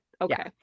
okay